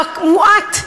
המועט,